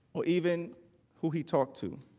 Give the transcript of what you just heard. or even who he talked to.